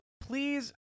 please